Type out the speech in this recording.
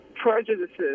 Prejudices